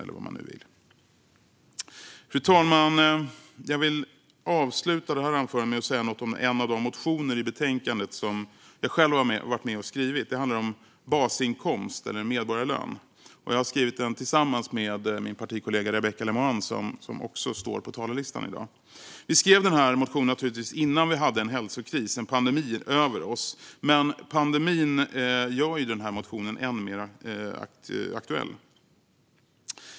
Fru talman! Jag vill avsluta mitt anförande med att säga något om en av de motioner i betänkandet som jag själv har varit med och skrivit. Det handlar om basinkomst eller medborgarlön. Jag har skrivit den tillsammans med min partikollega Rebecka Le Moine som också står på talarlistan i dag. Vi skrev naturligtvis motionen innan vi hade en hälsokris, en pandemi, över oss. Pandemin gör dock motionen än mer aktuell.